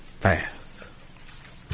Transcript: path